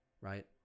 right